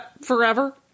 forever